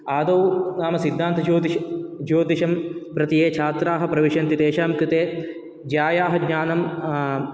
आदौ नाम सिद्धान्तज्योतिषं ज्योतिषं प्रति ये छात्राः प्रविशन्ति तेषां कृते ज्यायाः ज्ञानं